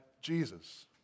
Jesus